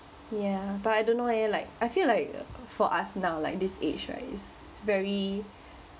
ya but I don't know leh like I feel like for us now like this age right it's very